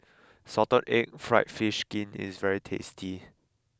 Salted Egg Fried Fish Skin is very tasty